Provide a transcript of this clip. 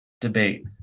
debate